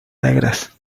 negras